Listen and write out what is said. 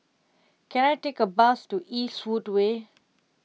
can I take a bus to Eastwood Way